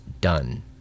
done